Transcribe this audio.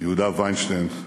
יהודה וינשטיין,